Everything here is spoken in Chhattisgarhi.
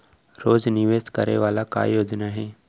रोज निवेश करे वाला का योजना हे?